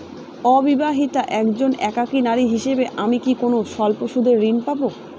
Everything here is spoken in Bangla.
অবিবাহিতা একজন একাকী নারী হিসেবে আমি কি কোনো স্বল্প সুদের ঋণ পাব?